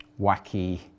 wacky